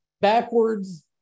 backwards